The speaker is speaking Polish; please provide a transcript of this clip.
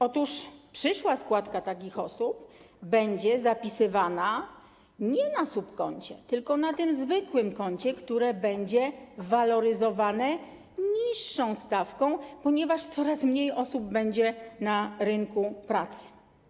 Otóż przyszła składka takich osób będzie zapisywana nie na subkoncie, tylko na tym zwykłym koncie, które będzie waloryzowane niższą stawką, ponieważ coraz mniej osób będzie na rynku pracy.